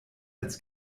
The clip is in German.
als